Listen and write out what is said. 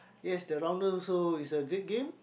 yes the rounder also is a great game